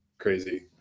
Crazy